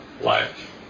life